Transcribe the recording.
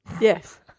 Yes